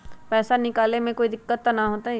पैसा निकाले में कोई दिक्कत त न होतई?